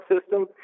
system